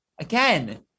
again